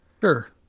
Sure